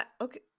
okay